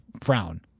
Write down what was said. frown